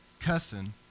cussing